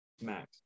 max